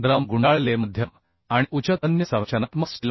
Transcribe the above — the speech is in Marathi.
गरम रोल्ड मेडीयम आणि उच्च टेन्साईल संरचनात्मक स्टील